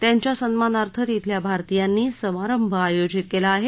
त्यांच्या सन्मानार्थ तिथल्या भारतीयांनी समारंभ आयोजित केला आहे